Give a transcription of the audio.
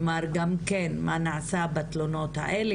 כלומר מה נעשה בפניות האלה?